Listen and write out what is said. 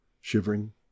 shivering